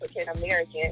African-American